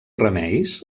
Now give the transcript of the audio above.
remeis